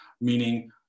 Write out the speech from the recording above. meaning